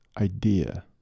idea